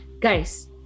guys